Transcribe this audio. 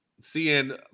seeing